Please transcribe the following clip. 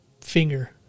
finger